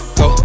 go